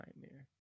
nightmare